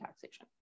taxation